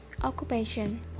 occupation